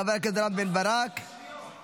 חבר הכנסת רם בן ברק, בבקשה.